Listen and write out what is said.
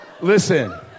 Listen